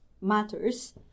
matters